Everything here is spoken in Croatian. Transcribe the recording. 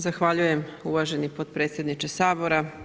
Zahvaljujem uvaženi potpredsjedniče Sabora.